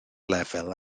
lefel